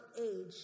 age